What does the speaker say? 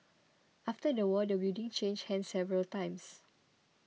after the war the building changed hands several times